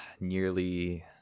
nearly